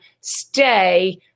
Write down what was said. stay